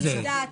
אני יודעת.